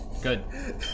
Good